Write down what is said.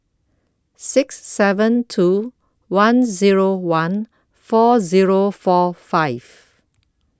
six seven two one Zero one four Zero four five